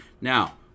Now